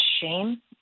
shame